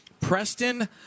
Preston